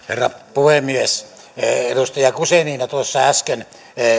herra puhemies edustaja guzenina tuossa äsken